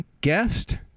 guest